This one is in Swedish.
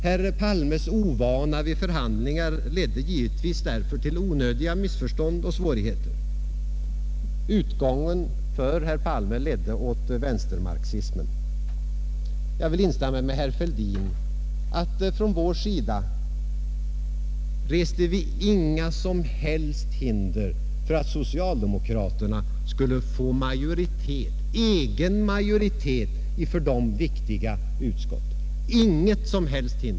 Herr Palmes ovana vid förhandlingar ledde givetvis därför till onödiga missförstånd och svårigheter. Utgången för herr Palme ledde åt vänstermarxismen. Jag vill instämma med herr Fälldin som framhöll att vi från vår sida icke reste några som helst hinder för att socialdemokraterna skulle få egen majoritet i för dem viktiga utskott.